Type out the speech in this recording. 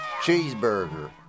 cheeseburger